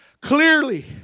Clearly